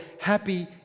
happy